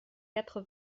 quatre